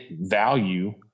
value